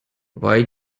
why